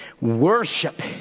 Worship